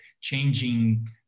changing